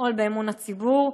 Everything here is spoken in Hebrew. למעול באמון הציבור,